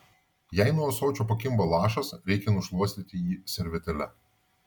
jei nuo ąsočio pakimba lašas reikia nušluostyti jį servetėle